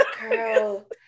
girl